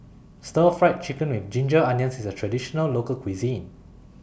Stir Fry Chicken with Ginger Onions IS A Traditional Local Cuisine